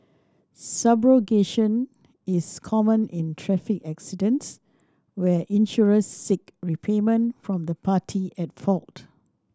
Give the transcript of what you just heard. subrogation is common in traffic accidents where insurers seek repayment from the party at fault